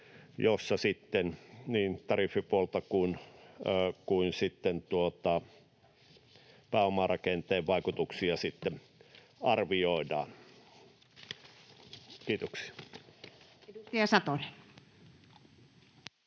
jossa niin tariffipuolta kuin sitten pääomarakenteen vaikutuksia arvioidaan. — Kiitoksia.